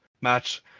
match